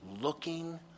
looking